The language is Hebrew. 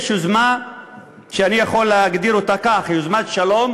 יש יוזמה שאני יכול להגדיר אותה כך: יוזמת שלום